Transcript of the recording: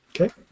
Okay